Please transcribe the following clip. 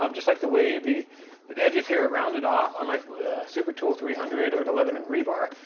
um just like the wave, the edges here are rounded off. unlike super tool three hundred, or the leatherman rebar,